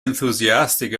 enthusiastic